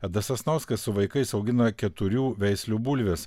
edas sasnauskas su vaikais augina keturių veislių bulves